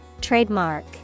Trademark